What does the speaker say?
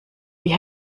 wie